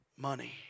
money